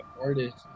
artist